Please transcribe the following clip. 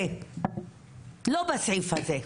לא בסעיף הזה.